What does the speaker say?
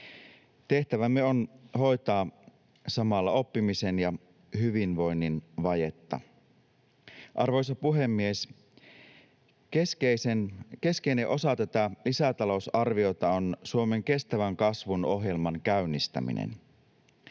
Tehtävämme on hoitaa samalla oppimisen ja hyvinvoinnin vajetta. Arvoisa puhemies! Keskeinen osa tätä lisätalousarviota on Suomen kestävän kasvun ohjelman käynnistäminen.